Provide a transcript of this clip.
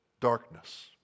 darkness